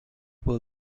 will